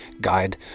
guide